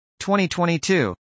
2022